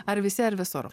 ar visi ar visur